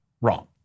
wrong